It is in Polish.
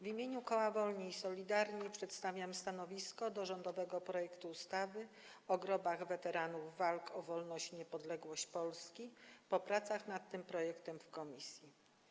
W imieniu koła Wolni i Solidarni przedstawiam stanowisko wobec rządowego projektu ustawy o grobach weteranów walk o wolność i niepodległość Polski po pracach nad tym projektem w komisji.